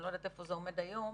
אני לא יודעת איפה זה עומד היום,